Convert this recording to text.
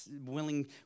willing